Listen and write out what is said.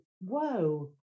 whoa